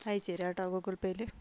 അയച്ചുതരൂ കേട്ടോ ഗൂഗിൾ പേയിൽ